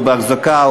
או באחזקה,